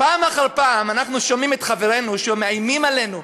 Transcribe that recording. פעם אחר פעם אנחנו שומעים את חברינו שמאיימים עלינו: